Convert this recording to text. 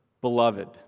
beloved